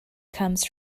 comes